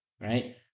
right